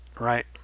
Right